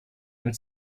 and